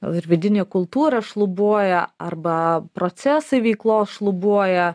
gal ir vidinė kultūra šlubuoja arba procesai veiklos šlubuoja